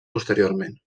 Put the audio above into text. posteriorment